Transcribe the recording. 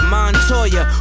Montoya